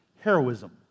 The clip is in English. heroism